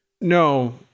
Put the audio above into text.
no